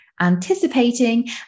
anticipating